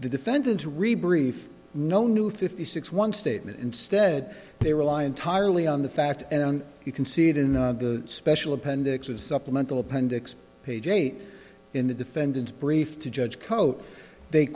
the defendant re brief no new fifty six one statement instead they rely entirely on the fact and you can see it in the special appendix of supplemental appendix page eight in the defendant's brief to judge coat they